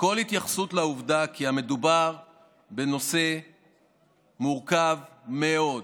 כל התייחסות לעובדה שמדובר בנושא מורכב מאוד,